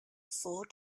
four